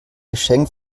geschenk